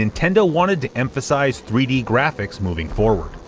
nintendo wanted to emphasize three d graphics moving forward.